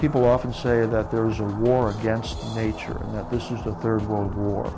people often say that there's a war against nature and that this is the third world war